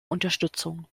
unterstützung